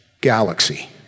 galaxy